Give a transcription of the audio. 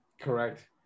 Correct